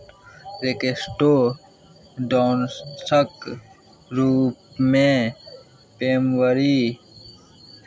एकेस्टो डांसक रूपमे एमवरी